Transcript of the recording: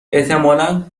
احتمالا